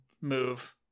move